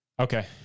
okay